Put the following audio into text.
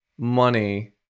money